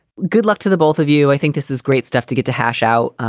good luck to the both of you. i think this is great stuff to get to hash out.